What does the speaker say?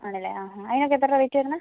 ആണല്ലേ ആ ആ അതിന് ഒക്കെ എത്രയാ റേറ്റ് വരുന്നത്